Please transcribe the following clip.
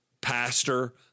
pastor